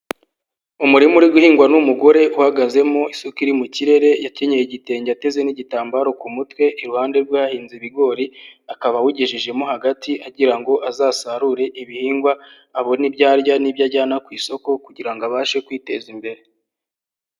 Umurima uri guhingwa n'umugore uhagazemo, isuka iri mu kirere, akenyeye igitenge ateze n'igitambaro ku mutwe, iruhande rwe hahinze ibigori, akaba awugejejemo hagati agira ngo azasarure ibihingwa abone ibyo arya n'ibyo ajyana ku isoko kugira ngo abashe kwiteza imbere.